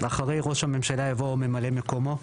אחרי 'ראש הממשלה' יבוא 'וממלא מקומו'.